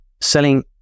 selling